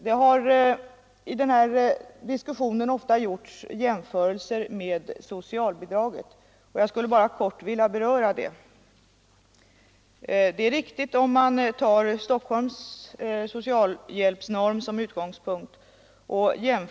Det har i denna diskussion ofta gjorts jämförelser med socialbidragen, och jag skulle kort vilja beröra den saken.